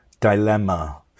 dilemma